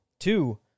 Two